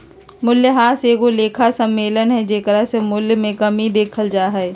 मूल्यह्रास एगो लेखा सम्मेलन हइ जेकरा से मूल्य मे कमी देखल जा हइ